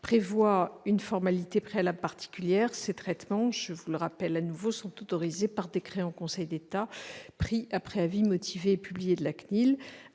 prévoit une formalité préalable particulière. Ces traitements, je le rappelle, sont autorisés par décret en Conseil d'État, pris après avis motivé et publié de la CNIL.